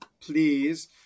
please